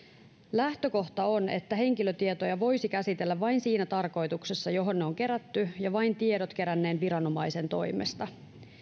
lähtökohta on että henkilötietoja voisi käsitellä vain siinä tarkoituksessa johon ne on kerätty ja vain tiedot keränneen viranomaisen toimesta